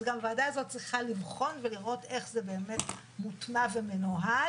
אז גם הוועדה הזאת צריכה לבחון ולראות איך זה באמת מוטמע ומנוהל